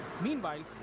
Meanwhile